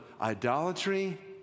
idolatry